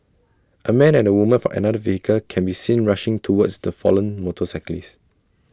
A man and A woman for another vehicle can be seen rushing towards the fallen motorcyclist